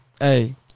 hey